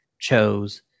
chose